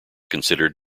considered